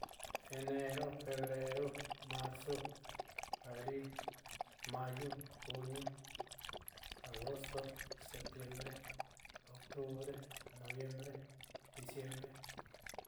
Enero, febrero, marzo, abril, mayo, junio, julio, agosto, septiembre, octubre, noviembre y diciembre.